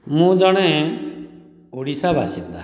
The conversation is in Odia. ମୁଁ ଜଣେ ଓଡ଼ିଶା ବାସିନ୍ଦା